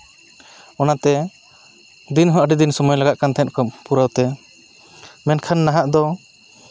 ᱚᱱᱟᱛᱮ ᱫᱤᱱ ᱦᱚᱸ ᱟᱹᱰᱤᱫᱤᱱ ᱥᱚᱢᱚᱭ ᱞᱟᱜᱟᱜ ᱠᱟᱱ ᱛᱟᱦᱮᱸᱜ ᱯᱩᱨᱟᱹᱣᱛᱮ ᱢᱮᱱᱠᱷᱟᱱ ᱱᱟᱦᱟᱜ ᱫᱚ